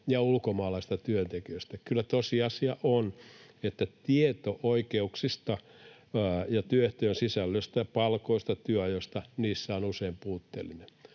ja ulkomaalaisista työntekijöistä. Kyllä tosiasia on, että tieto oikeuksista ja työehtojen sisällöstä ja palkoista, työajoista niissä on usein puutteellinen.